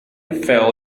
fell